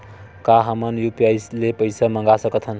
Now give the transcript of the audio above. का हमन ह यू.पी.आई ले पईसा मंगा सकत हन?